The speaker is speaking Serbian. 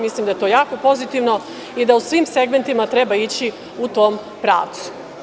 Mislim da je to jako pozitivno i da u svim segmentima treba ići u tom pravcu.